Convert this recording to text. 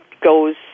goes